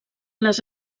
les